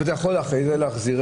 אתה יכול אחרי זה להחזיר.